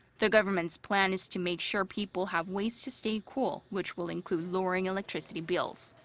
the government's plan is to make sure people have ways to stay cool. which will include lowering electricity bills.